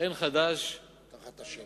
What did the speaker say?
אין חדש, תחת השמש.